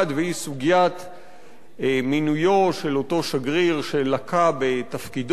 והיא סוגיית מינויו של אותו שגריר שלקה בתפקידו,